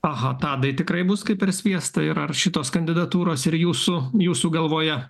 aha tadai tikrai bus kaip per sviestą ir ar šitos kandidatūros ir jūsų jūsų galvoje